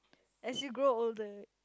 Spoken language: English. as you grow older